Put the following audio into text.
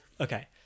okay